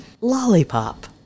lollipop